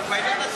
אבל בעניין הזה,